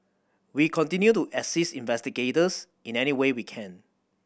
we continue to assist investigators in any way we can